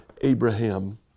Abraham